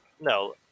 No